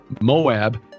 Moab